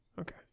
okay